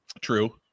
true